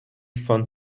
fun